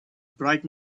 bright